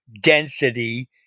density